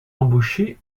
embaucher